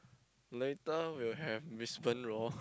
later will have Brisbane-Roar